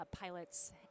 pilots